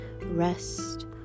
rest